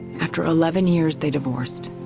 after eleven years they divorced.